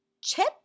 chip